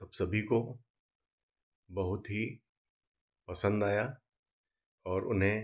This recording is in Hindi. तब सभी को बहुत ही पसंद आया और उन्हें